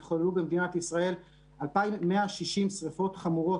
התחוללו במדינת ישראל 2,160 שרפות חמורות,